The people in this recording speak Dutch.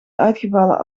uitgevallen